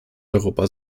europa